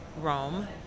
Rome